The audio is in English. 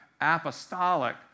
apostolic